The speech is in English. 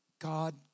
God